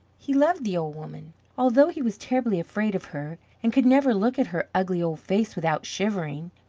he loved the old woman, although he was terribly afraid of her and could never look at her ugly old face without shivering.